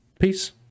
Peace